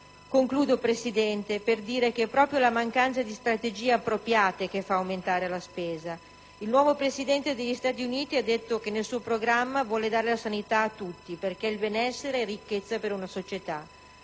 Concludo, signor Presidente, sottolineando che è proprio la mancanza di strategie appropriate che fa aumentare la spesa. Il nuovo Presidente degli Stati Uniti ha detto nel suo programma che vuole dare la sanità a tutti, perché il benessere è ricchezza per una società.